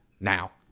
now